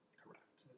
correct